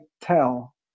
tell